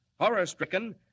Horror-stricken